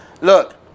look